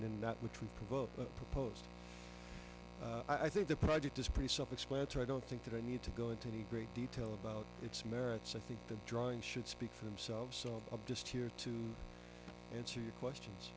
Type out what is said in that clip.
can go proposed i think the project is pretty self explanatory i don't think that i need to go into any great detail about its merits i think the drawing should speak for themselves so i'm just here to answer your questions